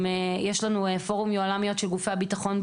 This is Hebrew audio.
יש לנו פורום יוהל"מיות של גופי הביטחון,